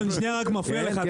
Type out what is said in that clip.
אני שנייה מפריע לך.